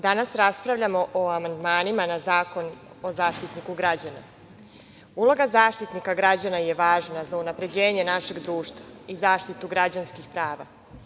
raspravljamo o amandmanima na Zakon o Zaštitniku građana. Uloga Zaštitnika građana je važna za unapređenje našeg društva i zaštitu građanskih prva.